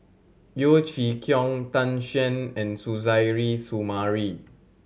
Yeo Chee Kiong Tan Shen and Suzairhe Sumari